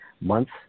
months